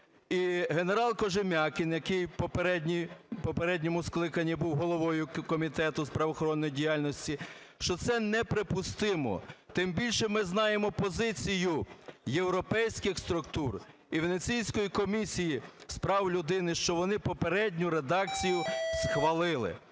генерал Кожем'якін, який в попередньому скликанні був головою Комітету з правоохоронної діяльності, що це неприпустимо. Тим більше, ми знаємо позицію європейських структур і Венеційської комісії з прав людини, що вони попередню редакцію схвалили.